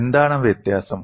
എന്താണ് വ്യത്യാസം